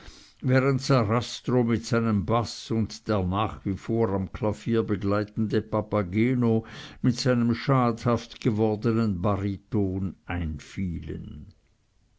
während sarastro mit seinem baß und der nach wie vor am klavier begleitende papageno mit seinem schadhaft gewordenen bariton